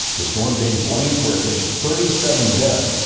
the storm being blamed for at least thirty seven deaths.